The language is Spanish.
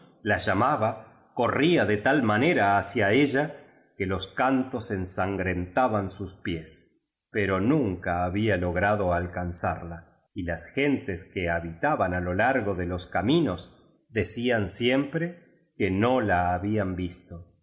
la llamaba corría de tal manera hacia ella que los cantos ensangrentaban sus pies pero iiuica había logrado alcan zarla y las gentes que habitaban a lo largo de los caminos decían siempre que no la habían visto